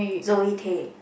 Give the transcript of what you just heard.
Zoe-Tay